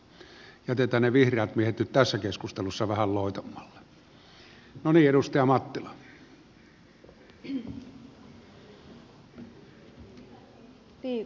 jätetään ne vihreät miehet nyt tässä keskustelussa vähän loitommalle